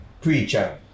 preacher